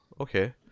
okay